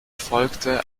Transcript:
folgte